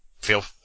feel